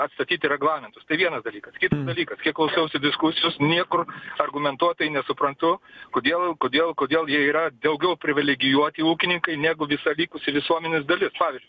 atstatyti reglamentus tai vienas dalykas dalykas kai klausiausi diskusijos niekur argumentuotai nesuprantu kodėl kodėl kodėl jie yra daugiau privilegijuoti ūkininkai negu visa likusi visuomenės dalis pavyzdžiui